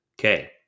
Okay